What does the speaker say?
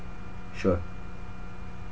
sure